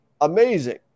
amazing